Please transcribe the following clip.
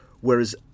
whereas